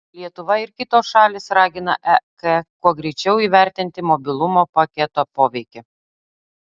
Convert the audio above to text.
lietuva ir kitos šalys ragina ek kuo greičiau įvertinti mobilumo paketo poveikį